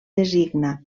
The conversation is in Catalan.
designa